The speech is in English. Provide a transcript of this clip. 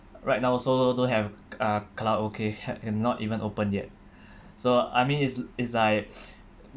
right now also don't have uh karaoke and not even open yet so I mean it's it's like